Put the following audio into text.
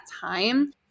time